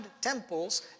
temples